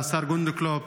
לשר גולדקנופ,